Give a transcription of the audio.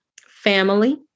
family